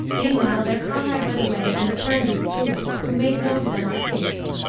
meanwhile their comrade went away and returned with the jeweller, who made known to them our case,